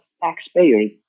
taxpayers